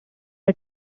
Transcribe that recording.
are